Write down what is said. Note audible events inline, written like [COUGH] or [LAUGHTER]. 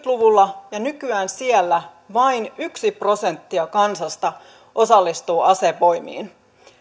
[UNINTELLIGIBLE] luvulla ja nykyään siellä vain yksi prosentti kansasta osallistuu asevoimiin